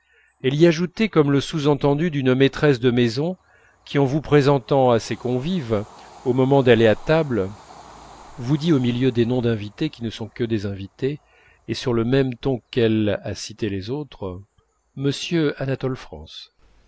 elle y ajoutait comme le sous-entendu d'une maîtresse de maison qui en vous présentant à ses convives au moment d'aller à table vous dit au milieu des noms d'invités qui ne sont que des invités et sur le même ton qu'elle a cité les autres m anatole france